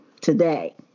today